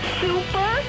super